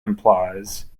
implies